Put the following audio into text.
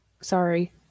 Sorry